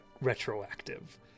retroactive